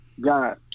God